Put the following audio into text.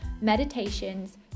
meditations